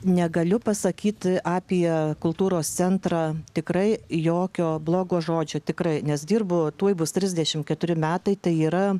negaliu pasakyt apie kultūros centrą tikrai jokio blogo žodžio tikrai nes dirbu tuoj bus trisdešim keturi metai tai yra